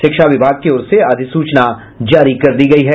शिक्षा विभाग की ओर से अधिसूचना जारी कर दी गयी है